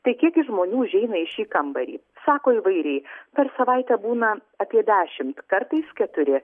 tai kiek gi žmonių užeina į šį kambarį sako įvairiai per savaitę būna apie dešimt kartais keturi